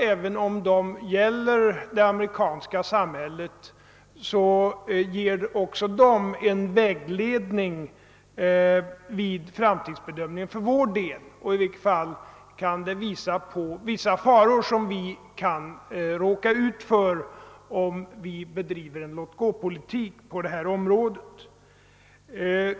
Även om dessa gäller det amerikanska samhället, bör de också kunna ge en vägledning vid framtidsbedömningen för vår del; i varje fall kan de visa vilka faror som vi kan råka ut för om vi bedriver en låt-gå-politik på detta område.